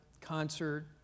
concert